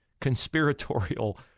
conspiratorial